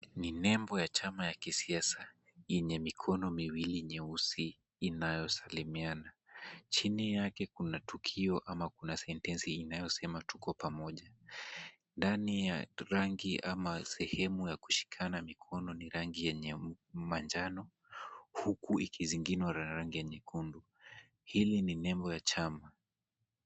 Ni nembo ya chama ya kisiasa yenye mikono miwili nyeusi inayosalimiana, chini yake kuna tukio ama kuna sentesi inayosema tuko pamoja, Ndani ya rangi ama sehemu ya kushikana mikono ni rangi yenye manjano, huku ikizingirwa na rangi nyekundu, hili ni nembo ya chama.